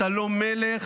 אתה לא מלך.